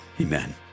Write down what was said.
Amen